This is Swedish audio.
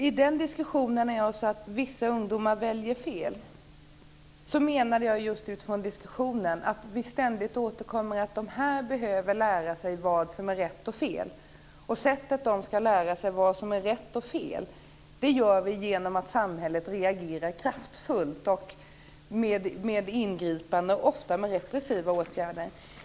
I den diskussion där jag sade att vissa ungdomar väljer fel menade jag just utifrån den diskussionen att vi ständigt återkommer till att de behöver lära sig vad som är rätt och fel och att de ska lära sig vad som är rätt och fel genom att samhället reagerar kraftfullt med ingripanden och ofta med repressiva åtgärder.